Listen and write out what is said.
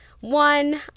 one